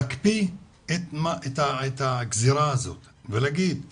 להקפיא את הגזירה הזאת ולהגיד לעצמכם: